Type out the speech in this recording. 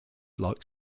like